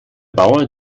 bauer